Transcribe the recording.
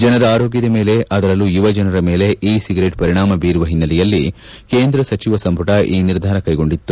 ಜನರ ಆರೋಗ್ಯದ ಮೇಲೆ ಅದರಲ್ಲೂ ಯುವ ಜನರ ಮೇಲೆ ಇ ಸಿಗರೇಟ್ ಪರಿಣಾಮ ಬೀರುವ ಹಿನ್ನೆಲೆಯಲ್ಲಿ ಕೇಂದ್ರ ಸಚಿವ ಸಂಪುಟ ಈ ನಿರ್ಧಾರ ಕೈಗೊಂಡಿತ್ತು